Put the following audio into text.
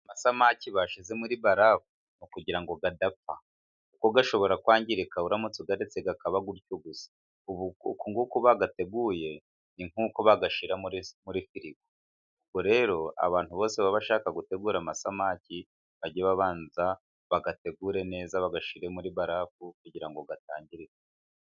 Amasamake bashyize muri barafu ni ukugira ngo adapfa, kuko gashobora kwangirika, uramutse uyaretse akaba utyo gusa, ubu uku bayateguye ni nkuko bayashyira muri firigo, rero abantu bose baba bashaka gutegura amasamaki bajye babanza kuyategure neza bayashyire muri barafu kugira ngo atangirika.